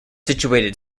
situated